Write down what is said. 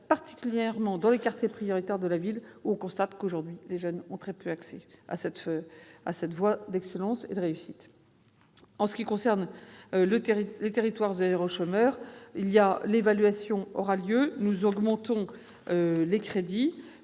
particulièrement dans les quartiers prioritaires de la ville où l'on constate que les jeunes ont très peu accès à cette voie d'excellence et de réussite. En ce qui concerne les « territoires zéro chômeur », l'évaluation aura lieu. Nous augmentons les moyens